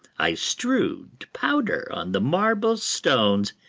i strewed powder on the marble stones,